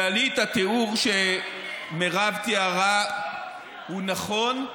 כללית, התיאור שמרב תיארה הוא נכון,